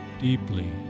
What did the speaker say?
deeply